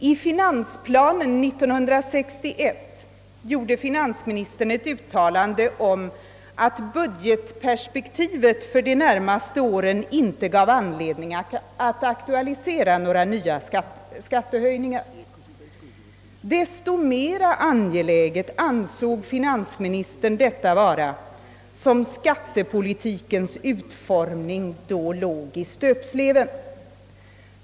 I finansplanen 1961 gjorde finansministern ett uttalande om att budgetperspektivet för de närmaste åren inte gav anledning att aktualisera några nya skattehöjningar. Att inga skattehöjningar företogs ansåg finansministern vara desto mer angeläget som skattepolitiken då låg i stöpsleven.